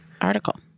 article